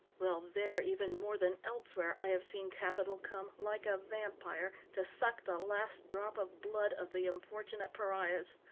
well, there even, more than elsewhere, i have seen capital come, like a vampire, to suck the last drop of blood of the unfortunate pariahs.